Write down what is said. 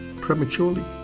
prematurely